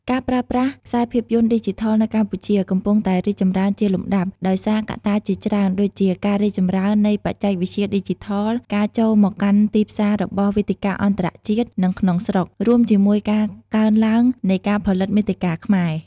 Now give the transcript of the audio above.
ការប្រើប្រាស់ខ្សែភាពយន្តឌីជីថលនៅកម្ពុជា កំពុងតែរីកចម្រើនជាលំដាប់ ដោយសារកត្តាជាច្រើន ដូចជា ការរីកចម្រើននៃបច្ចេកវិទ្យាឌីជីថល ការចូលមកកាន់ទីផ្សាររបស់វេទិកាអន្តរជាតិ និងក្នុងស្រុក រួមជាមួយការកើនឡើងនៃការផលិតមាតិកាខ្មែរ។